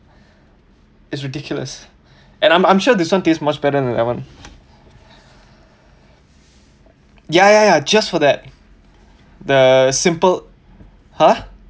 it's ridiculous and I'm I'm sure this one taste much better than that one ya ya ya just for that the simple !huh!